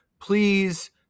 please